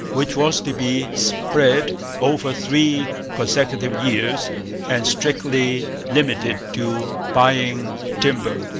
which was to be spread over three consecutive years and strictly limited to buying timber.